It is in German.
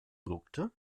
produkte